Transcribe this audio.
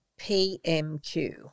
PMQ